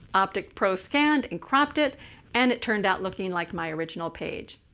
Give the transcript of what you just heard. opticpro scanned and cropped it and it turned out looking like my original page.